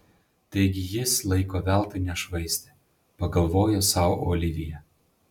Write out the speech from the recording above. taigi jis laiko veltui nešvaistė pagalvojo sau olivija